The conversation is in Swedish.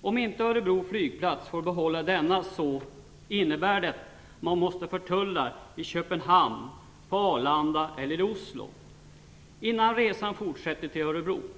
Om inte Örebro flygplats får behålla tullklareringen innebär det att man måste förtulla i Köpenhamn, på Arlanda eller i Oslo innan resan fortsätter till Örebro.